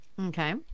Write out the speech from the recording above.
Okay